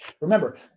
Remember